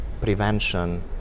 prevention